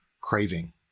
craving